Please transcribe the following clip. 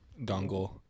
dongle